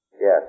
Yes